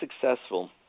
successful